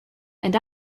and